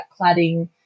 cladding